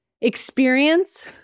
experience